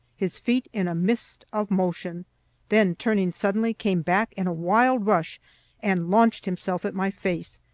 his feet in a mist of motion then, turning suddenly, came back in a wild rush and launched himself at my face,